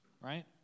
right